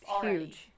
huge